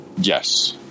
Yes